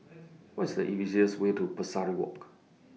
What IS The easiest Way to Pesari Walk